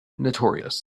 meritorious